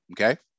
okay